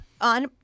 on